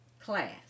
class